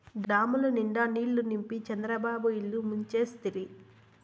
డాముల నిండా నీళ్ళు నింపి చంద్రబాబు ఇల్లు ముంచేస్తిరి